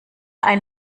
ein